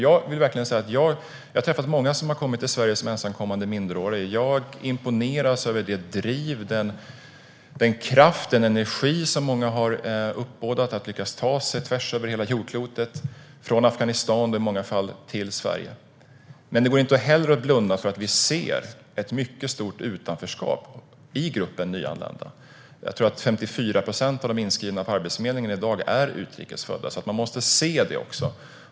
Jag har träffat många som har kommit till Sverige som ensamkommande minderåriga. Jag imponeras av det driv, den kraft och den energi som många uppbådat för att lyckas ta sig tvärs över jordklotet, från Afghanistan i många fall, till Sverige. Men det går inte att blunda för det mycket stora utanförskapet i gruppen nyanlända. Jag tror att 54 procent av de inskrivna på Arbetsförmedlingen i dag är utrikes födda. Man måste se det också.